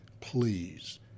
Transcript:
Please